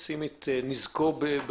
אם נשים את נזקו בצד.